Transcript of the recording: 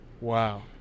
Wow